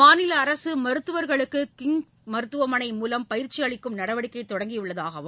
மாநில அரசு மருத்துவர்களுக்கு கிங்ஸ் மருத்துவமனை மூலம் பயிற்சி அளிக்கும் நடவடிக்கை தொடங்கியுள்ளதாகவும்